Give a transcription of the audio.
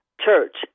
church